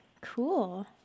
cool